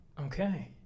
okay